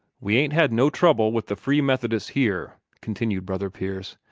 we ain't had no trouble with the free methodists here, continued brother pierce,